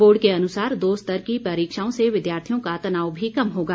board के अनुसार दो स्तर की परिक्षाओं से विद्यार्थियों का तनाव भी कम होगा